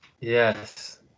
Yes